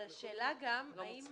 השאלה גם, האם